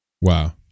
Wow